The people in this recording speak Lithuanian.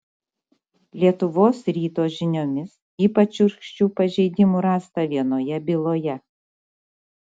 lietuvos ryto žiniomis ypač šiurkščių pažeidimų rasta vienoje byloje